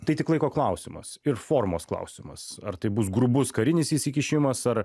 tai tik laiko klausimas ir formos klausimas ar tai bus grubus karinis įsikišimas ar